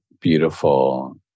beautiful